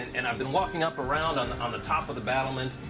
and i've been walking up around on the on the top of the battlements,